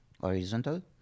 horizontal